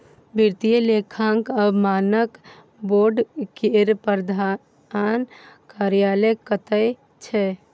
वित्तीय लेखांकन मानक बोर्ड केर प्रधान कार्यालय कतय छै